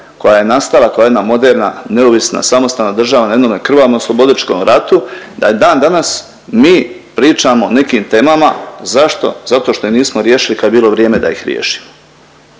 koja je nastala, koja je jedna moderna neovisna samostalna država, na jednome krvavo oslobodilačkom ratu, da i dan danas mi pričamo o nekim temama. Zašto? Zato što ih nismo riješili kad je bilo vrijeme da ih riješimo